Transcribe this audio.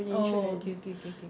orh okay okay okay K